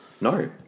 no